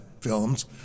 films